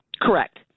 Correct